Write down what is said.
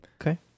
Okay